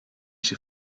she